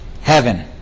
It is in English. heaven